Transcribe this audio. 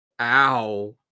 Ow